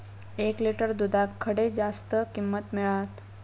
एक लिटर दूधाक खडे जास्त किंमत मिळात?